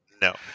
no